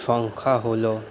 সংখ্যা হল